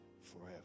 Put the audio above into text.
forever